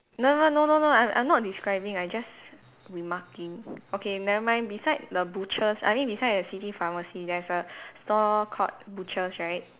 no no no no no I'm I'm not describing I just remarking okay never mind beside the butchers I mean beside the city pharmacy there's a stall called butchers right